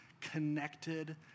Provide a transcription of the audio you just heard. connected